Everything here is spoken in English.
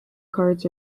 cards